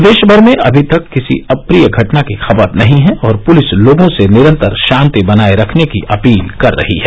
प्रदेश भर से अभी तक किसी अप्रिय घटना की खबर नहीं है और पुलिस लोगों से निरंतर शांति बनाए रखने की अपील कर रही है